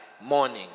morning